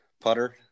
Putter